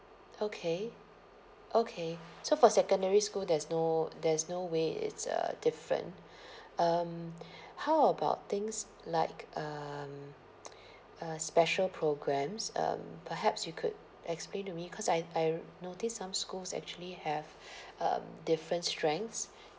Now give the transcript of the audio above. okay okay so for secondary school there's no there's no way it's uh different um how about things like um uh special programmes um perhaps you could explain to me cause I I notice some schools actually have um different strengths